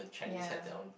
ya